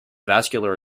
vascular